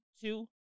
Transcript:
two